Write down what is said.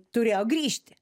turėjo grįžti